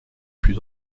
plus